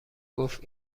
گفت